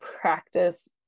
practice